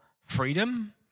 freedom